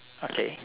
okay